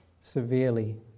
severely